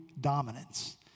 dominance